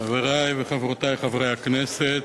חברי וחברותי חברי הכנסת,